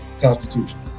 Constitution